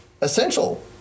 essential